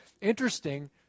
Interesting